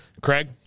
Craig